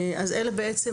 אלה בעצם,